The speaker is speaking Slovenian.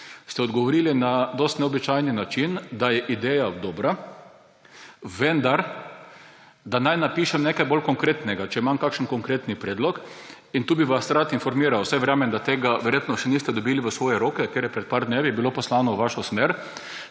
ste odgovorili na dosti neobičajen način, da je ideja dobra, vendar da naj napišem nekaj bolj konkretnega, če imam kakšen konkreten predlog. Tu bi vas rad informiral. Saj verjamem, da tega še niste dobili v svoje roke, ker je bilo pred nekaj dnevi poslano v vašo smer.